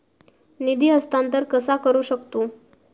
निधी हस्तांतर कसा करू शकतू?